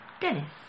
Dennis